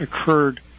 occurred